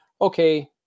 okay